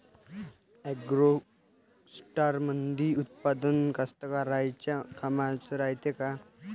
ॲग्रोस्टारमंदील उत्पादन कास्तकाराइच्या कामाचे रायते का?